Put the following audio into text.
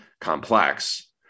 complex